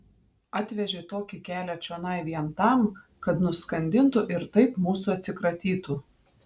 atvežė tokį kelią čionai vien tam kad nuskandintų ir taip mūsų atsikratytų